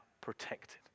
protected